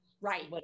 right